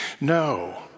No